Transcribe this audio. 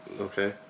Okay